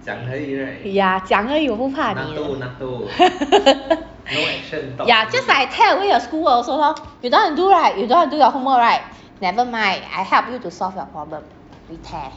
ya 讲而已我不怕你的 ya just like I tear away her school work also lor you don't want to do right you don't want do your homework right never mind I help you to solve your problem we tear